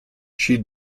she